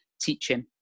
Teaching